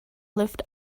lived